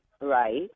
Right